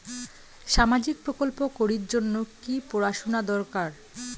সামাজিক প্রকল্প করির জন্যে কি পড়াশুনা দরকার?